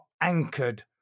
anchored